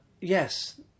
yes